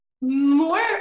more